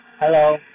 Hello